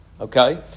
okay